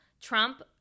Trump